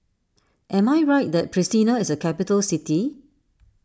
am I right that Pristina is a capital city